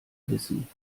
wissen